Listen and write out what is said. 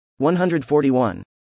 141